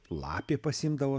lapė pasiimdavo